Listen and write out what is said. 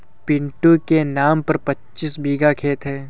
पिंटू के नाम पर पच्चीस बीघा खेत है